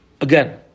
Again